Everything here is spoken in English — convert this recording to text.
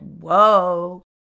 whoa